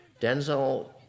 Denzel